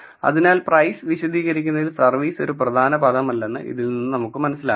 അതിനാൽ പ്രൈസ് വിശദീകരിക്കുന്നതിൽ സർവീസ് ഒരു പ്രധാന പദമല്ലെന്ന് ഇതിൽ നിന്നും നമ്മുക്ക് മനസിലാക്കാം